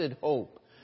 hope